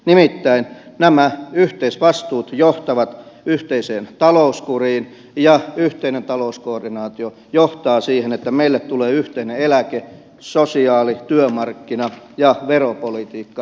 nimittäin nämä yhteisvastuut johtavat yhteiseen talouskuriin ja yhteinen talouskoordinaatio johtaa siihen että meille tulee yhteinen eläke sosiaali työmarkkina ja veropolitiikka